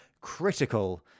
critical